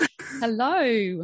Hello